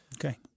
Okay